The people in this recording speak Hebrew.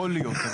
יכול להיות,